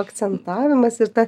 akcentavimas ir ta